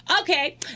okay